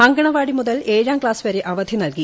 അങ്കണവാട്ടി മുതൽ ഏഴാം ക്ലാസ് വരെ അവധി നൽകി